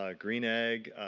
ah green egg,